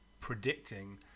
predicting